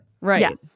right